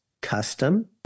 Custom